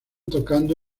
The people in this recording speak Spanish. tocando